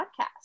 Podcast